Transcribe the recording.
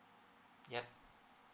yup